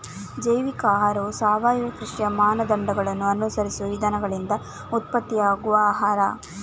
ಜೈವಿಕ ಆಹಾರವು ಸಾವಯವ ಕೃಷಿಯ ಮಾನದಂಡಗಳನ್ನ ಅನುಸರಿಸುವ ವಿಧಾನಗಳಿಂದ ಉತ್ಪತ್ತಿಯಾಗುವ ಆಹಾರ